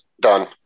done